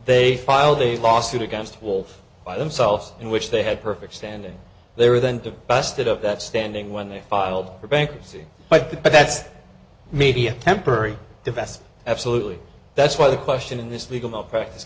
they filed a lawsuit against will by themselves in which they had perfect standing there than to busted up that standing when they filed for bankruptcy but the but that's maybe a temporary divest absolutely that's why the question in this legal malpracti